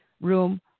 room